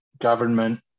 government